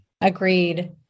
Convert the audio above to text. Agreed